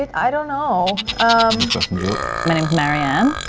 it you know um disgusting joke? my name is marieann.